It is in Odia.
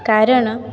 କାରଣ